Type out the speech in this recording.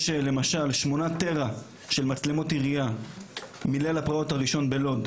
יש למשל שמונה טרה של מצלמות עירייה מליל הפרעות הראשון בלוד,